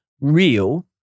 real